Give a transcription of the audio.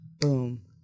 boom